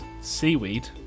seaweed